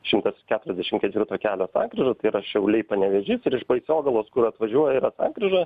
šimtas keturiasdešim ketvirto kelio sankryža tai yra šiauliai panevėžys ir iš baisogalos kur atvažiuoja yra sankryža